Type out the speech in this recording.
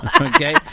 Okay